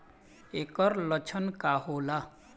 ऐकर लक्षण का होला?